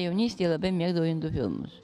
jaunystėj labai mėgdavau indų filmus